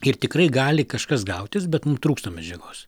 ir tikrai gali kažkas gautis bet mum trūksta medžiagos